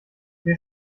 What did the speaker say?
wie